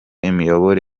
imiyoboro